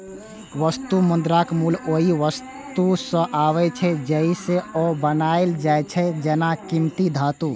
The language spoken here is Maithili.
वस्तु मुद्राक मूल्य ओइ वस्तु सं आबै छै, जइसे ओ बनायल जाइ छै, जेना कीमती धातु